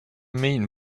mean